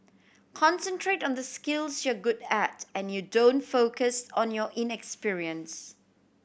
concentrate on the skills you're good at and you don't focus on your inexperience